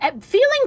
Feeling